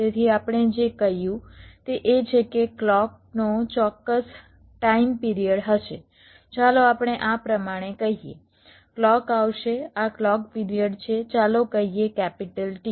તેથી આપણે જે કહ્યું તે એ છે કે ક્લૉકનો ચોક્કસ ટાઇમ પિરિયડ હશે ચાલો આપણે આ પ્રમાણે કહીએ ક્લૉક આવશે આ ક્લૉક પિરિયડ છે ચાલો કહીએ કેપિટલ T